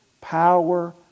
power